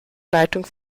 leitung